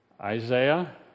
Isaiah